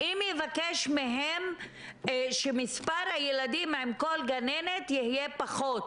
אם יבקש מהם שמספר הילדים עם כל גננת יהיה פחות,